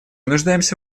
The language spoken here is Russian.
нуждаемся